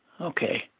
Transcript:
Okay